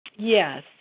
Yes